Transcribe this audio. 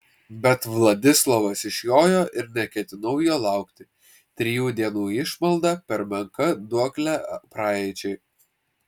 bet vladislovas išjojo ir neketinau jo laukti trijų dienų išmalda per menka duoklė praeičiai